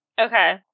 Okay